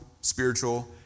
spiritual